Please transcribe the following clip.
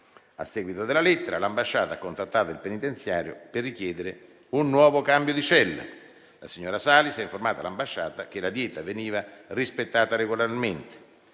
A seguito della lettera, l'ambasciata ha contattato il penitenziario per richiedere un nuovo cambio di cella. La signora Salis ha informato l'ambasciata che la dieta veniva rispettata regolarmente